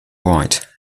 right